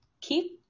keep